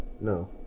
No